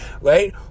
right